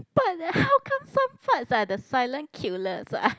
but how come some farts are the silent killers ah